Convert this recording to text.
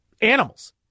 animals